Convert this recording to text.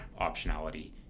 optionality